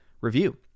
review